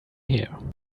here